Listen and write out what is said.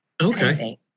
Okay